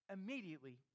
Immediately